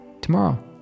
tomorrow